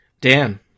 Dan